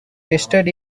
tested